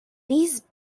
these